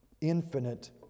infinite